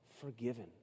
forgiven